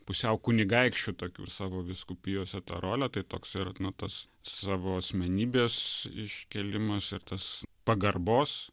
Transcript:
pusiau kunigaikščių tokių savo vyskupijose tą rolę tai toks ir nu tas savo asmenybės iškėlimas ir tas pagarbos